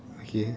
okay